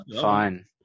Fine